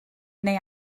neu